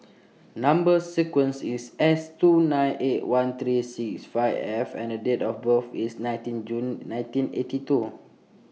Number sequence IS S two nine eight one thirty six five F and Date of birth IS nineteen June nineteen eighty two